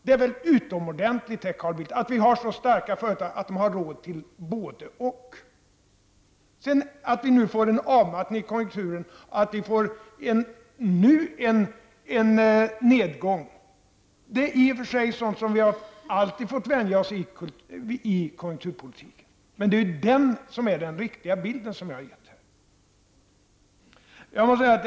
Det är väl utomordentligt, Carl Bildt, att vi har så starka företag att de har råd till både -- och. Att vi nu får en avmattning i konjunkturen, att vi får en nedgång, är sådant som alltid förekommer i konjunkturpolitiken och som vi har fått vänja oss vid. Men det är den bild som jag har givit här som är den riktiga.